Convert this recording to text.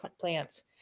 plants